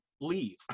leave